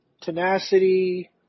tenacity